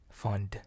fund